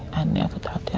never thought that.